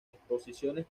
exposiciones